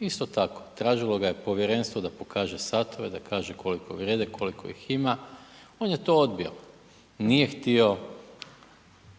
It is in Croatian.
isto tako, tražilo ga je povjerenstvo da pokaže satove, da kaže koliko vrijede, koliko ih ima, on je to odbio, nije htio